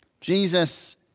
Jesus